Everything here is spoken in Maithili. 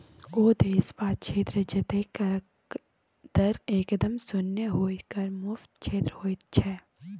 ओ देश वा क्षेत्र जतय करक दर एकदम शुन्य होए कर मुक्त क्षेत्र होइत छै